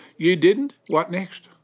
you didn't. what next?